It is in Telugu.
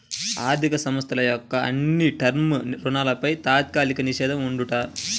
ఆర్ధిక సంస్థల యొక్క అన్ని టర్మ్ రుణాలపై తాత్కాలిక నిషేధం ఉందంట